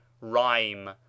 Rhyme